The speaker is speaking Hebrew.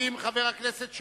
חבר הכנסת שאמה,